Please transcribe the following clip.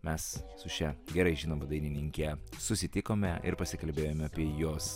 mes su šia gerai žinoma dainininke susitikome ir pasikalbėjome apie jos